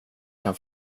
kan